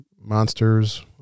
monsters